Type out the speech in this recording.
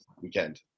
weekend